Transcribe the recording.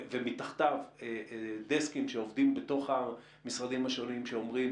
ומתחתיו דסקים שעובדים בתוך המשרדים השונים שאומרים,